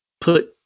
put